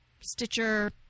Stitcher